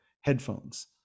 headphones